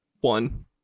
one